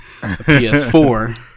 PS4